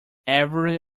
every